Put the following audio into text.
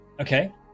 Okay